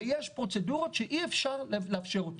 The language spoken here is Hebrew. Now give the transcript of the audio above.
ויש פרוצדורות שאי אפשר לאפשר אותן.